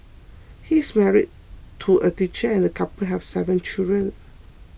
he is married to a teacher and the couple have seven children